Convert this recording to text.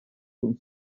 con